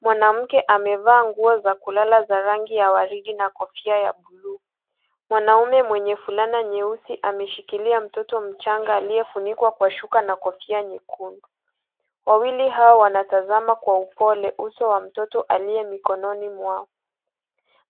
Mwanamke amevaa nguo za kulala za rangi ya waridi na kofia ya bluu. Mwanaume mwenye fulana nyeusi ameshikilia mtoto mchanga aliyefunikwa kwa shuka na kofia nyekundu. Wawili hao wanatazama kwa upole uso wa mtoto aliye mikononi mwao.